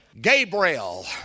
Gabriel